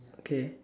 okay